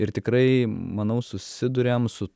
ir tikrai manau susiduriam su